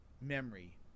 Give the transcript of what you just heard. memory